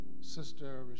Sister